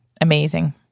Amazing